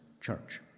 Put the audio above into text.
church